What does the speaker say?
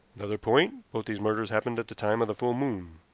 another point, both these murders happened at the time of the full moon.